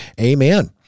Amen